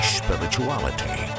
spirituality